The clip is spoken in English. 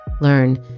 learn